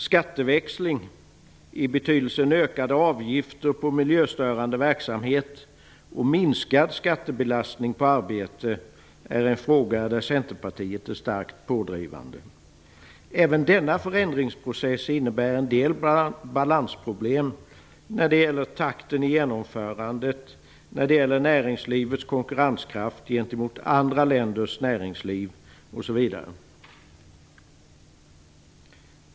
Skatteväxling i betydelsen ökade avgifter på miljöstörande verksamhet och minskad skattebelastning på arbete är en fråga där Centerpartiet är starkt pådrivande. Även denna förändringsprocess ger en del balansproblem när det gäller takten i genomförandet, när det gäller näringslivets konkurrenskraft gentemot andra länders näringsliv osv.